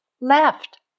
left